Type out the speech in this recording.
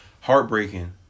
heartbreaking